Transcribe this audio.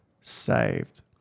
saved